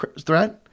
threat